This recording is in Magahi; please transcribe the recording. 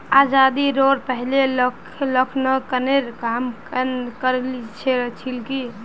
आज़ादीरोर पहले लेखांकनेर काम केन न कर छिल की